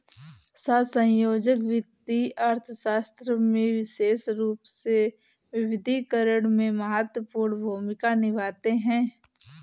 सहसंयोजक वित्तीय अर्थशास्त्र में विशेष रूप से विविधीकरण में महत्वपूर्ण भूमिका निभाते हैं